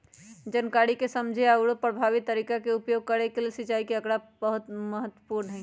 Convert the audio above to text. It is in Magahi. जनकारी के समझे आउरो परभावी तरीका के उपयोग करे के लेल सिंचाई के आकड़ा महत्पूर्ण हई